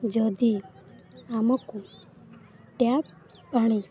ଯଦି ଆମକୁ ଟ୍ୟାପ ପାଣି